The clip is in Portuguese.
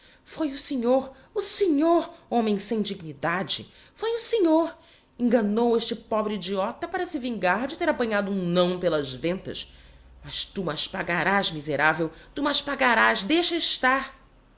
foi o senhor o senhor homem sem dignidade foi o senhor enganou este pobre idiota para se vingar de ter apanhado um não pelas ventas mas tu m'as pagarás miseravel tu m'as pagarás deixa estar